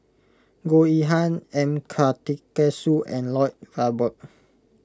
Goh Yihan M Karthigesu and Lloyd Valberg